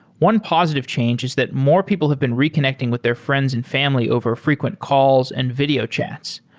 one positive change is that more people have been reconnecting with their friends and family over frequent calls and video chats.